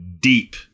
deep